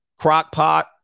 Crockpot